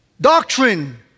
Doctrine